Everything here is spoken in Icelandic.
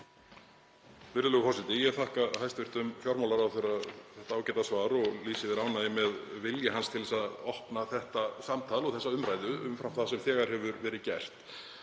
Virðulegur forseti. Ég þakka hæstv. fjármálaráðherra þetta ágæta svar og lýsi yfir ánægju með vilja hans til að opna þetta samtal og umræðu umfram það sem þegar hefur verið gert.